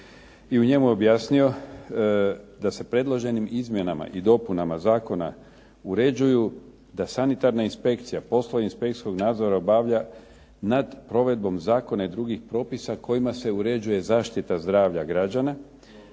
i u njemu je objasnio da se predloženim izmjenama i dopunama zakona uređuju da sanitarna inspekcija poslove inspekcijskog nadzora obavlja nad provedbom zakona i drugih propisa kojima se uređuje zaštita zdravlja građana,